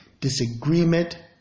disagreement